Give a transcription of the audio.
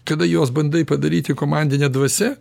kada jos bandai padaryti komandine dvasia